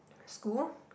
school